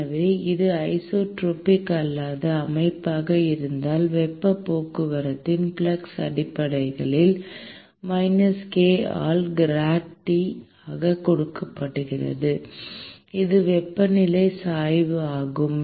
எனவே இது ஐசோட்ரோபிக் அல்லாத அமைப்பாக இருந்தால் வெப்பப் போக்குவரத்தின் ஃப்ளக்ஸ் அடிப்படையில் மைனஸ் k ஆல் gradT ஆக கொடுக்கப்படுகிறது இது வெப்பநிலை சாய்வு ஆகும்